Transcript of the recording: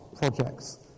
projects